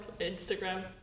Instagram